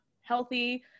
healthy